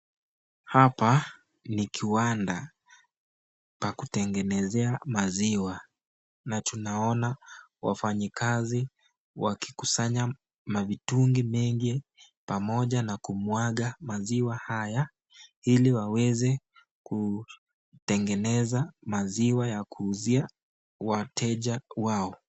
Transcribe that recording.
Hapa ni kiwanda pa kutengenezea maziwa na tunaona wafanyakazi wakikusanya mamitungi mengi pamoja na kumwaga maziwa haya ili waweze kutengeneza maziwa ya kuuzia wateja wao.